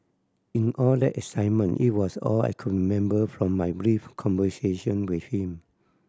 in all that excitement it was all I could remember from my brief conversation with him